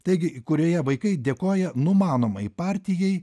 taigi kurioje vaikai dėkoja numanomai partijai